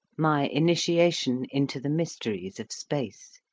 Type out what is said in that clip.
my initiation into the mysteries of space.